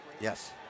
Yes